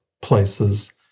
places